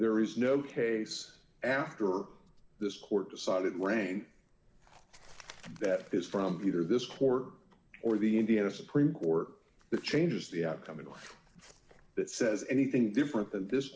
there is no case after this court decided rank that is from peter this court or the indiana supreme court that changes the outcome in a way that says anything different than this